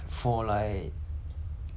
one two